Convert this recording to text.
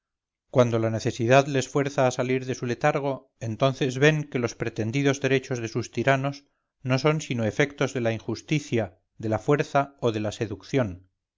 cuando la necesidad les fuerza a salir de su letargo entonces ven que los pretendidos derechos de sus tiranos no son sino efectos de la injusticia de la fuerza o de la seducción